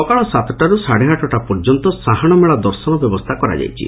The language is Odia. ସକାଳ ସାତଟାର୍ ସାଢ଼େ ଆଠଟା ପର୍ଯ୍ୟନ୍ତ ସାହାଣମେଳା ଦର୍ଶନ ବ୍ୟବସ୍ତୁା କରାଯାଇଛି